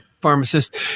pharmacist